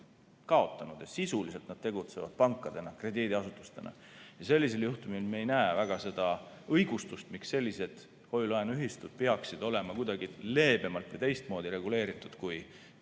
kaotanud ja sisuliselt nad tegutsevad pankadena, krediidiasutustena. Sellisel juhtumil me ei näe väga seda õigustust, miks sellised hoiu-laenuühistud peaksid olema kuidagi leebemalt ja teistmoodi reguleeritud, kui